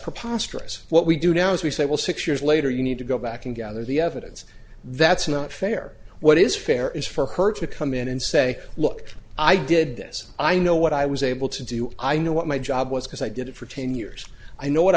preposterous what we do now is we say well six years later you need to go back and gather the evidence that's not fair what is fair is for her to come in and say look i did this i know what i was able to do i know what my job was because i did it for ten years i know what